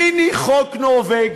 "מיני חוק נורבגי".